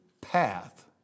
path